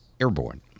airborne